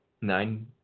nine